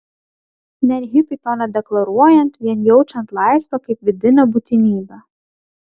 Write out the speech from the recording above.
net hipiui to nedeklaruojant vien jaučiant laisvę kaip vidinę būtinybę